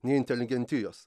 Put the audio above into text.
nei inteligentijos